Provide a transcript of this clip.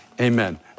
Amen